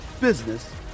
business